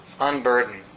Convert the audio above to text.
unburdened